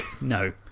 no